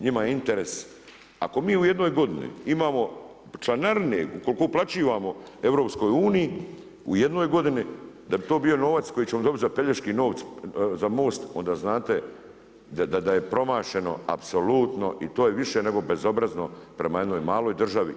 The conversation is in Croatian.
Njima je interes, ako mi u jednoj godini imamo članarine koliko uplaćujemo EU u jednoj godini, da bi to bio novac koji ćemo dobiti za pelješki most, onda znate da je promašeno apsolutno i to je više nego bezobrazno prema jednoj maloj državi.